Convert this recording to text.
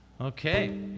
Okay